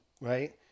right